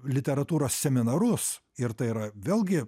literatūros seminarus ir tai yra vėlgi